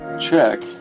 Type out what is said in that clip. check